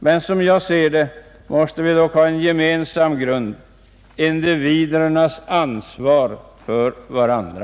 Men som jag ser det måste det finnas en gemensam grund: individernas ansvar för varandra.